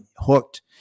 hooked